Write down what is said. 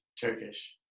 Turkish